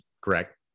correct